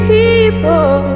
People